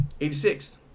86